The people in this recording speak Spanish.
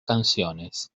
canciones